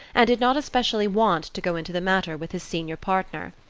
and did not especially want to go into the matter with his senior partner.